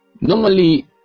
normally